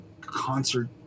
concert